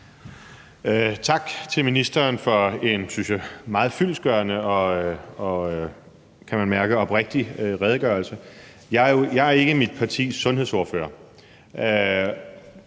Tak til ministeren for en, synes jeg, meget fyldestgørende og, kan man mærke, oprigtig redegørelse. Jeg er ikke mit partis sundhedsordfører,